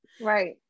right